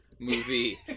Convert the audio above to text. movie